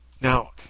Now